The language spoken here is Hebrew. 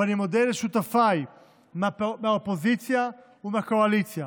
ואני מודה לשותפיי מהאופוזיציה ומהקואליציה